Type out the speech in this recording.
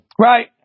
Right